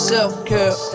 Self-care